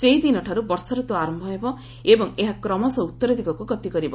ସେହିଦିନଠାରୁ ବର୍ଷାରତ୍ନ ଆରମ୍ଭ ହେବ ଏବଂ ଏହା କ୍ରମଶଃ ଉତ୍ତର ଦିଗକୁ ଗତି କରିବ